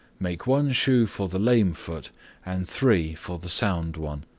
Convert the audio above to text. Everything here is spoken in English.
make one shoe for the lame foot and three for the sound one.